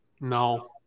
No